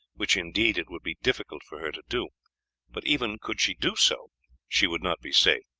which indeed it would be difficult for her to do but even could she do so she would not be safe,